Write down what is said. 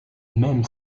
même